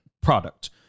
product